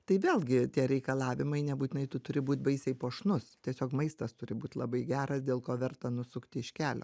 tai vėlgi tie reikalavimai nebūtinai tu turi būt baisiai puošnus tiesiog maistas turi būt labai geras dėl ko verta nusukti iš kelio